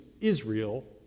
Israel